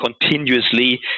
continuously